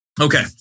Okay